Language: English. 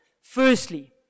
Firstly